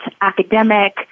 academic